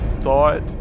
thought